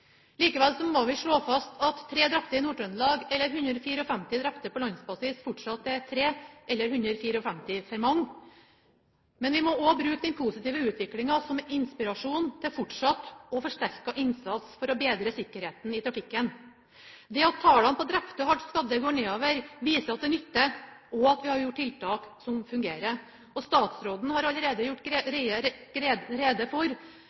eller 154 drepte på landsbasis fortsatt er 3 eller 154 for mange. Men vi må også bruke den positive utviklinga som inspirasjon til fortsatt og forsterket innsats for å bedre sikkerheten i trafikken. Det at tallene på drepte og hardt skadde i trafikken går nedover, viser at det nytter, og at vi har gjort tiltak som fungerer. Statsråden har allerede gjort rede for